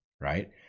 right